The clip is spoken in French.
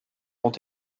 ont